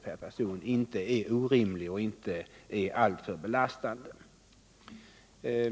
per person inte är orimlig och inte alltför belastande.